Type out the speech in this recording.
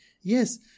Yes